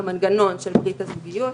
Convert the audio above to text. המנגנון של ברית הזוגיות.